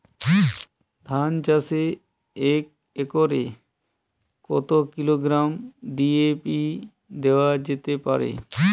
ধান চাষে এক একরে কত কিলোগ্রাম ডি.এ.পি দেওয়া যেতে পারে?